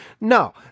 No